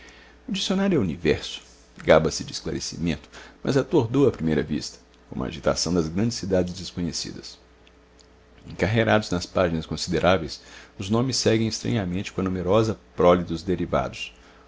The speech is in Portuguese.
o dicionário é o universo baba se de esclarecimentos mas atordoa à primeira vista como a agitação das grandes cidades desconhecidas encarreirados nas páginas consideráveis os nomes seguem estranhamente com a numerosa prole dos derivados